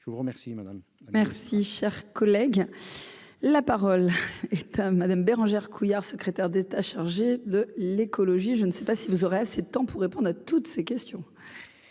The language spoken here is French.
je vous remercie madame. Merci, cher collègue, la parole est à Madame Bérangère Couillard, secrétaire d'État chargée de l'écologie, je ne sais pas si vous aurez assez de temps pour répondre à toutes ces questions.